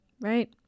right